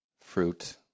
fruit